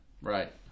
Right